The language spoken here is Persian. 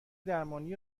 درمانی